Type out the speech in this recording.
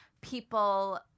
people